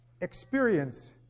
experience